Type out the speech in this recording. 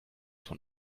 von